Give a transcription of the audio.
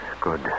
Good